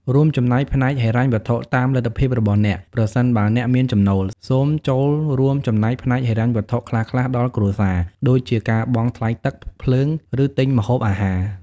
រួមចំណែកផ្នែកហិរញ្ញវត្ថុ តាមលទ្ធភាពរបស់អ្នក ប្រសិនបើអ្នកមានចំណូល សូមចូលរួមចំណែកផ្នែកហិរញ្ញវត្ថុខ្លះៗដល់គ្រួសារ ដូចជាការបង់ថ្លៃទឹក ភ្លើង ឬទិញម្ហូបអាហារ។